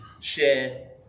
share